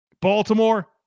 Baltimore